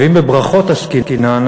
ואם בברכות עסקינן,